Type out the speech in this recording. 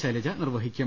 ശൈലജ നിർവഹിക്കും